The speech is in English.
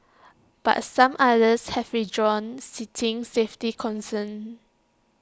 but some others have withdrawn citing safety concerns